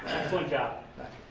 excellent job.